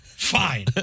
Fine